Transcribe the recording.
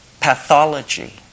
pathology